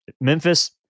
Memphis